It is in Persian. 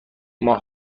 ماه